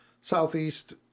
southeast